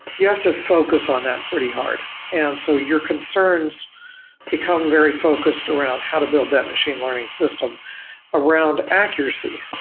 you have to focus on that pretty hard and so your concerns become very focused around how to build that machine learning system around accuracy.